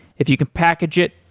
if you can package it,